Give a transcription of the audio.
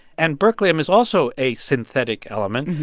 and berkelium is also a synthetic element,